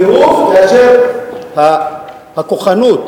טירוף כאשר הכוחנות,